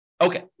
Okay